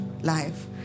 life